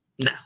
No